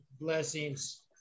Blessings